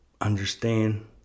understand